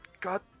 God